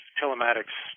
telematics